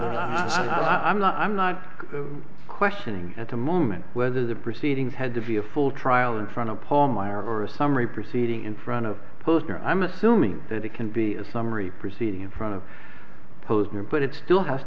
what i'm not i'm not questioning at the moment whether the proceedings had to be a full trial in front of paul meyer or a summary proceeding in front of posner i'm assuming that it can be a summary proceeding in front of posner but it still has